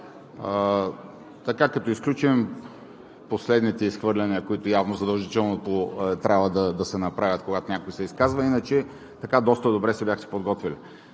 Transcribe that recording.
като изключим последните изхвърляния, които задължително трябва да се направят, когато някой се изказва, иначе доста добре се бяхте подготвили.